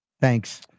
Thanks